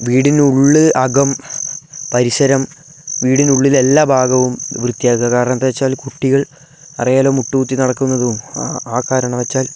വീടിനുള്ള് അകം പരിസരം വീടിനുള്ളിലെല്ലാ ഭാഗവും വൃത്തിയാക്കുക കാരണം എന്താണെന്നുവച്ചാൽ കുട്ടികൾ അറിയാലോ മുട്ടുകുത്തി നടക്കുന്നതും ആ കാരണമെന്നുവച്ചാൽ